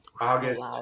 August